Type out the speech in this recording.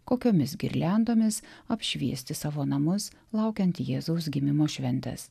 kokiomis girliandomis apšviesti savo namus laukiant jėzaus gimimo šventės